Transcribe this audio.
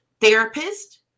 therapist